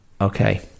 okay